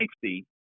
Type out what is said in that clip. safety